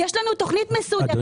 יש לנו תוכנית מסודרת.